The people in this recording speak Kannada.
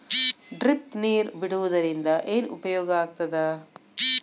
ಡ್ರಿಪ್ ನೇರ್ ಬಿಡುವುದರಿಂದ ಏನು ಉಪಯೋಗ ಆಗ್ತದ?